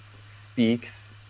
speaks